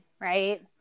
right